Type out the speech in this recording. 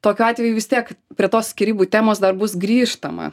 tokiu atveju vis tiek prie tos skyrybų temos dar bus grįžtama